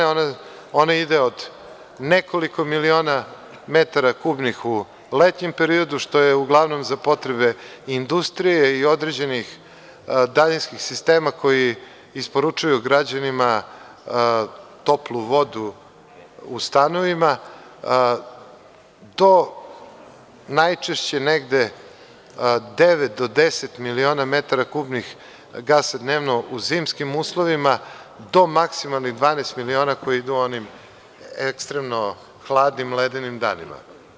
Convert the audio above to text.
Ona ide od nekoliko miliona metara kubnih u letnjem periodu, što je uglavnom za potrebe industrije i određenih daljinskih sistema koji isporučuju građanima toplu vodu u stanovima, to najčešće negde devet do deset miliona metara kubnih gasa dnevno u zimskim uslovima, do maksimalnih 12 miliona koji idu onim ekstremno hladnim ledenim danima.